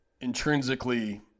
intrinsically